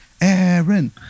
aaron